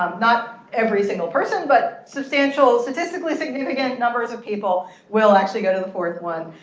um not every single person, but substantial statistically significant numbers of people will actually go to the fourth one.